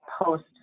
post